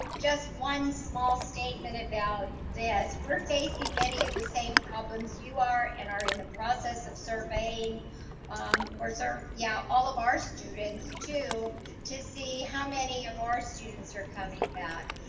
just one small statement about this we're facing many of the same problems you are and are in the process of surveying um or serve, yeah all of our students to to see how many of our students are coming back.